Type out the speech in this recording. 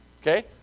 Okay